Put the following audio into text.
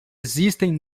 existem